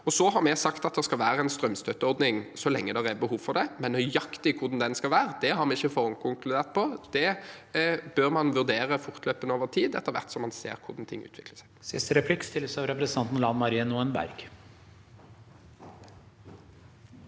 Vi har sagt at det skal være en strømstøtteordning så lenge det er behov for det, men nøyaktig hvordan den skal være, har vi ikke forhåndskonkludert på. Det bør man vurdere fortløpende over tid, etter hvert som man ser hvordan ting utvikler seg. Lan Marie Nguyen Berg